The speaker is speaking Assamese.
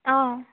অঁ